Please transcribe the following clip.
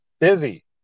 busy